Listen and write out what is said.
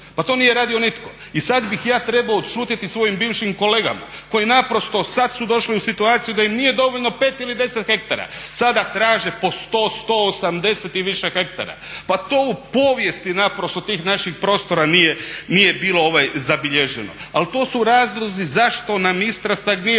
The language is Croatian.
pa to nije radio nitko. I sad bih ja trebao odšutjeti svojim bivšim kolegama koji naprosto sad su došli u situaciju da im nije dovoljno pet ili deset hektara. Sada traže po sto, 180 i više hektara. Pa to u povijesti naprosto tih naših prostora nije bilo zabilježeno. Ali to su razlozi zašto nam Istra stagnira.